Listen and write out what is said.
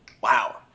wow